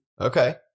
Okay